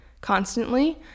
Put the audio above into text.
constantly